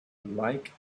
like